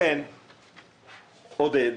לכן, עודד,